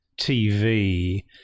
TV